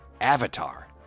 avatar